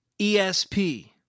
ESP